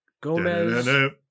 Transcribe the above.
Gomez